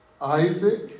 Isaac